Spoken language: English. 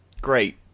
great